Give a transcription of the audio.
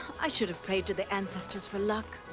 i should have prayed to the ancestors for luck.